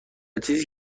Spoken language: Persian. چیزی